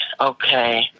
okay